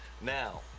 Now